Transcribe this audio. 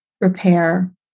repair